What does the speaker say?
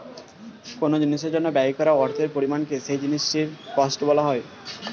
কোন জিনিসের জন্য ব্যয় করা অর্থের পরিমাণকে সেই জিনিসটির কস্ট বলা হয়